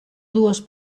dues